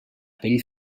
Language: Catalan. pell